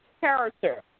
character